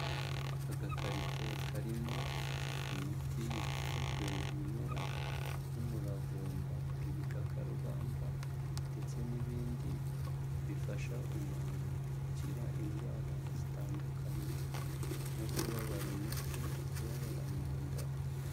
Agakarito karimo imiti ikozwe mu bimera nk'umuravumba, ibikakarubamba ndetse n'ibindi bifasha umuntu gukira indwara zitandukanye nko kubabara umutwe, kubabara mu nda.